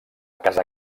casa